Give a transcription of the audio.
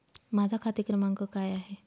माझा खाते क्रमांक काय आहे?